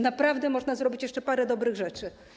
Naprawdę można zrobić jeszcze parę dobrych rzeczy.